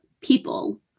people